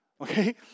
Okay